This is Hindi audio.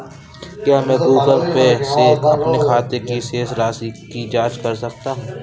क्या मैं गूगल पे से अपने खाते की शेष राशि की जाँच कर सकता हूँ?